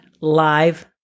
live